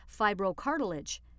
fibrocartilage